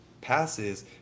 Passes